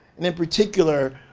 and in particular,